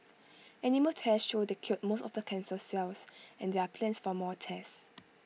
animal tests show they killed most of the cancer cells and there are plans for more tests